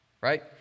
right